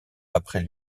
après